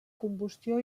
combustió